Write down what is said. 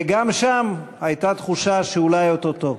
וגם שם הייתה תחושה שאולי, או-טו-טו.